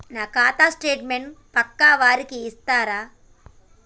నా ఖాతా స్టేట్మెంట్ పక్కా వారికి ఇస్తరా?